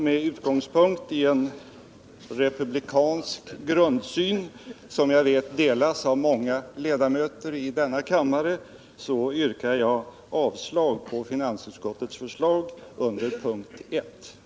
Med utgångspunkt i en republikansk grundsyn, som jag vet delas av många ledamöter i denna kammare, yrkar jag avslag på finansutskottets hemställan under punkten 1.